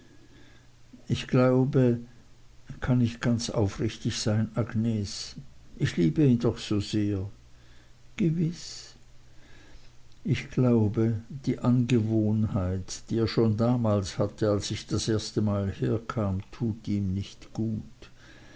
ich glaube kann ich ganz aufrichtig sein agnes ich liebe ihn doch so sehr gewiß ich glaube die angewohnheit die er damals schon hatte als ich das erstemal herkam tut ihm nicht gut